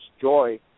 joy